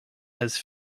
has